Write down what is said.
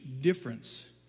difference